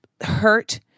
hurt